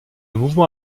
mouvement